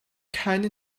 keine